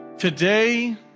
Today